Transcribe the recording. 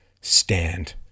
stand